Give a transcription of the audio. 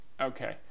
okay